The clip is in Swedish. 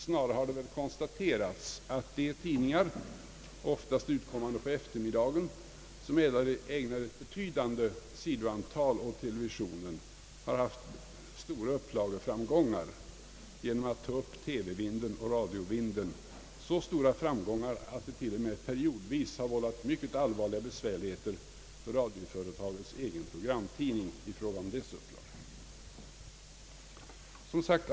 Snarare har det väl konstaterats att de tidningar — oftast utkommande på eftermiddagen — som ägnar ett betydande sidantal åt TV har haft stora upplageframgångar genom att ta upp TV-vinden och radiovinden, så stora framgångar att det periodvis har vållat mycket allvarliga besvärligheter för radiobolagets egen programtidning i fråga om dess upplaga.